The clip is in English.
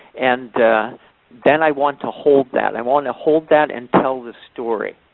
and then i want to hold that. i want to hold that and tell the story.